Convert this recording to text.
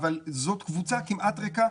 אבל זאת קבוצה כמעט ריקה.